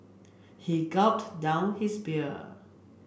he gulped down his beer